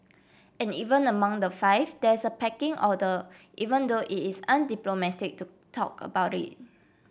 and even among the five there is a pecking order even though it is undiplomatic to talk about it